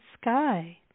sky